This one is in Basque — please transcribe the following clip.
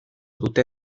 dute